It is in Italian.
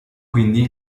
quindi